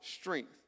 strength